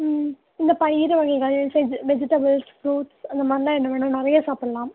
இந்த பயிறு வகைகள் செஜ் வெஜிடபிள்ஸ் ஃப்ரூட்ஸ் அந்த மாதிரிலாம் என்ன வேணாலும் நிறைய சாப்பிட்லாம்